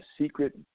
Secret